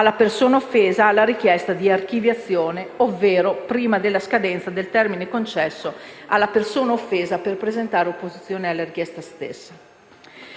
alla persona offesa della richiesta di archiviazione, ovvero prima della scadenza del termine concesso alla persona offesa per presentare opposizione alla richiesta stessa.